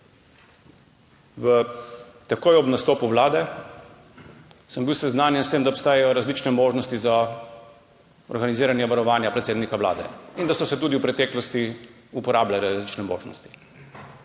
Takoj ob nastopu vlade sem bil seznanjen s tem, da obstajajo različne možnosti za organiziranje varovanja predsednika Vlade in da so se tudi v preteklosti uporabljale različne možnosti.